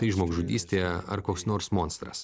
tai žmogžudystė ar koks nors monstras